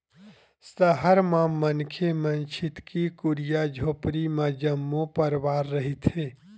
सहर म मनखे मन छितकी कुरिया झोपड़ी म जम्मो परवार रहिथे